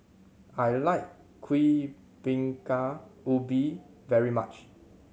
I like Kuih Bingka Ubi very much